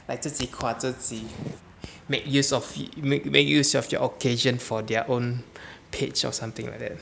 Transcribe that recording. like 自己夸自己 make use of make make use of your occasion for their own page or something like that